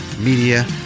Media